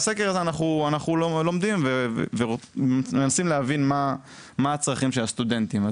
מהסקר הזה אנחנו לומדים ומנסים להבין מה הצרכים של הסטודנטים.